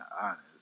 honest